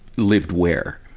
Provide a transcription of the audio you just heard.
lived where?